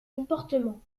comportement